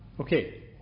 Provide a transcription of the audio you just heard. Okay